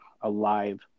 alive